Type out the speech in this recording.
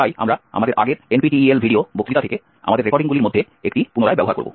তাই আমরা আমাদের আগের NPTEL ভিডিও বক্তৃতা থেকে আমাদের রেকর্ডিংগুলির মধ্যে একটি পুনরায় ব্যবহার করব